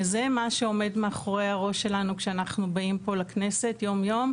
זה מה שעומד גם מאחורי הראש שלנו כשאנחנו באים פה לכנסת יום יום,